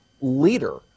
leader